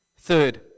Third